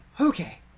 Okay